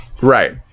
Right